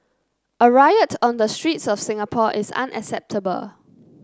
a riot on the streets of Singapore is unacceptable